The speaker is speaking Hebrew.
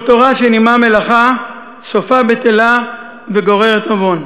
"כל תורה שאין עמה מלאכה סופה בטלה וגוררת עוון".